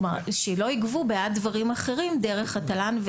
כלומר, שלא יגבו בעד דברים אחרים דרך התל"ן.